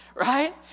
Right